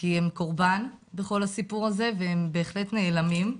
כי הקורבן בכל הסיפור הזה והם בהחלט נעלמים.